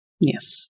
Yes